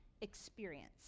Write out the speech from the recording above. experience